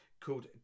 called